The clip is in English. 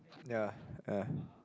ya uh